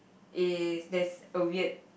is there's a weird